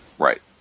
Right